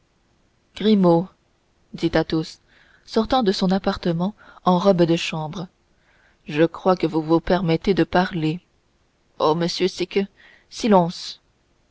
grimaud dit athos sortant de son appartement en robe de chambre je crois que vous vous permettez de parler ah monsieur c'est que silence